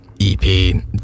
EP